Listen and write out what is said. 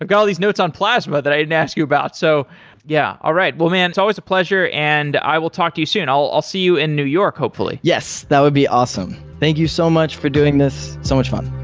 like all these notes on plasma that i didn't ask you about. so yeah, all right. well, man, it's always a pleasure, and i will talk to you soon. i'll i'll see you in new york, hopefully. yes, that would be awesome. thank you so much for doing this, so much fun.